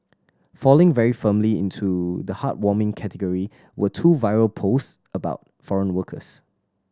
falling very firmly into the heartwarming category were two viral post about foreign workers